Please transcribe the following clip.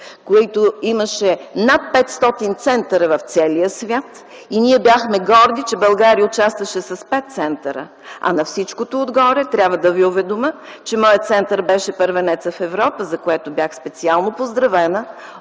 които имаха над 500 центъра в целия свят и ние бяхме горди, че България участваше с 5 центъра. На всичкото отгоре, трябва да Ви уведомя, че моят център беше първенец в Европа, за което бях специално поздравена